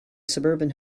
suburban